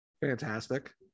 Fantastic